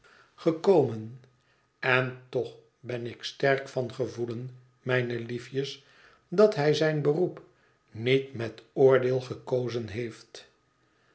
gekomen en toch ben ik sterk van gevoelen mijne liefjes dat hij zijn beroep niet met oordeel gekozen heeft